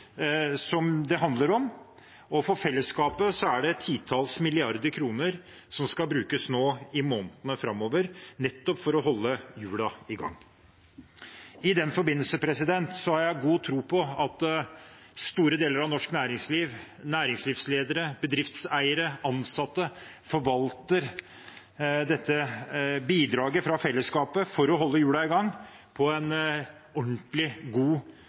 som skal ut til bedriftene. For enkeltbedriftene handler det om store verdier, og for fellesskapet er det titalls milliarder kroner som skal brukes i månedene framover nettopp for å holde hjulene i gang. I den forbindelse har jeg god tro på at store deler av norsk næringsliv, næringslivsledere, bedriftseiere og ansatte forvalter dette bidraget fra fellesskapet for å holde hjulene i gang på en ordentlig, god